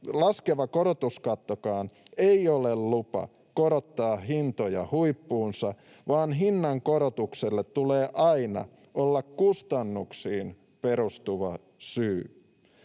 laskeva korotuskattokaan ei ole lupa korottaa hintoja huippuunsa, vaan hinnankorotukselle tulee aina olla kustannuksiin perustuva syy.